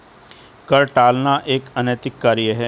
कर टालना एक अनैतिक कार्य है